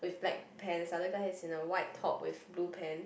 black pants other guy is in a white top with blue pant